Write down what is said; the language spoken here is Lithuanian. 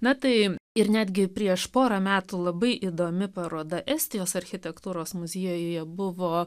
na tai ir netgi prieš porą metų labai įdomi paroda estijos architektūros muziejuje buvo